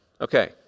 Okay